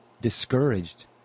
discouraged